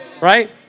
right